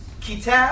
Kitab